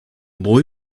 boy